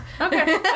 Okay